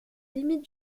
limites